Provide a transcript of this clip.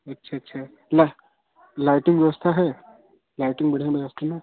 अच्छा अच्छा मतलब लैट्रिंग व्यवस्था है लैट्रिंग है ना